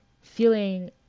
feeling